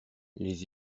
les